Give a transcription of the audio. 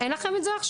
אין לכם את זה עכשיו?